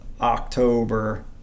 October